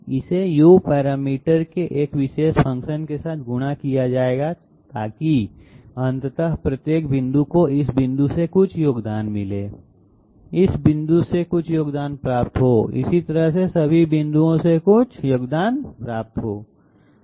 इसे u parameter के एक विशेष फ़ंक्शन के साथ गुणा किया जाएगा ताकि अंततः प्रत्येक बिंदु को इस बिंदु से कुछ योगदान मिले इस बिंदु से कुछ योगदान प्राप्त हो इस तरह से सभी बिंदुओं से कुछ योगदान प्राप्त करें